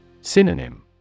Synonym